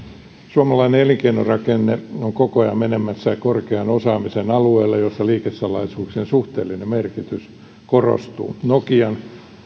suomalainen elinkeinorakenne on koko ajan menemässä korkean osaamisen alueelle jossa liikesalaisuuksien suhteellinen merkitys korostuu nokian